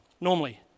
normally